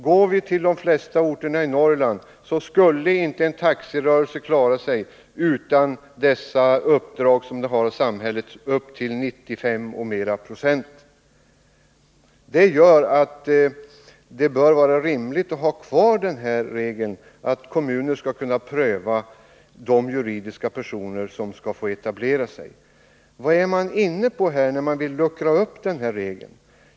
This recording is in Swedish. På de flesta orter i Norrland skulle en taxirörelse inte klara sig utan de uppdrag som den har av samhället, dvs. upp till 95 96 och mer. Detta gör det rimligt att ha kvar regeln att kommunerna skall kunna pröva de juridiska personer som vill etablera sig. Vad är man inne på när man vill luckra upp den här regeln?